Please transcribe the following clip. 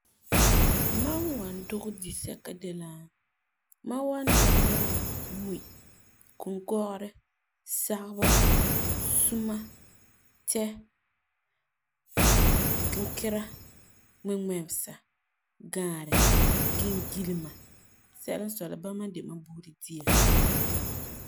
Mam wan dugɛ disɛka de la mam wan dugɛ la, mui, kunkɔgerɛ, sagebɔ, suma, tɛ, kinkera, ŋmiŋmesa, gaarɛ, gengilema, sɛla n sɔi la bama n de mam buuri dia